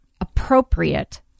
appropriate